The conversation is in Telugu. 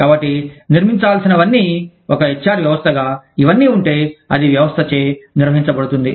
కాబట్టి నిర్మించాల్సినవన్నీ ఒక హెచ్ఆర్ వ్యవస్థగా ఇవన్నీ ఉంటే అది వ్యవస్థచే నిర్వహించబడుతుంది